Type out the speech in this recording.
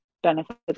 benefits